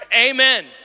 amen